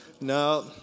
No